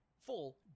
full